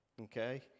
okay